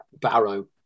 Barrow